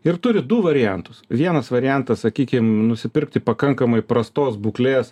ir turi du variantus vienas variantas sakykim nusipirkti pakankamai prastos būklės